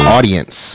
Audience